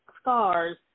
scars